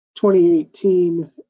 2018